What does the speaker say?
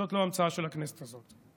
זאת לא המצאה של הכנסת הזאת.